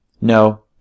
No